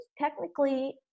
technically